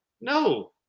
No